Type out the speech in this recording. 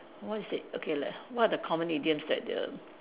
what is it okay like what are the common idioms that the